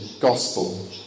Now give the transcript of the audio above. gospel